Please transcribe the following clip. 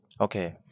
Okay